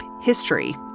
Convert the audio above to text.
history